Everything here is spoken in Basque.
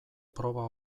proba